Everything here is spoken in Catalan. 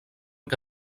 que